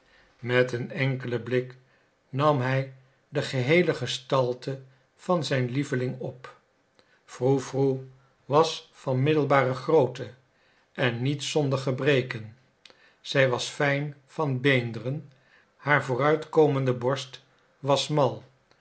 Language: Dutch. met een enkelen blik nam hij de geheele gestalte van zijn lieveling op froe froe was van middelbare grootte en niet zonder gebreken zij was fijn van beenderen haar vooruitkomende borst was smal